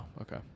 okay